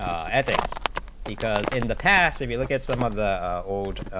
as it's because in the past and you'll get some of the old,